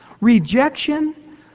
Rejection